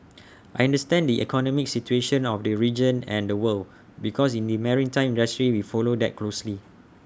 I understand the economic situation of the region and the world because in the maritime industry we follow that closely